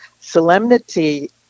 solemnity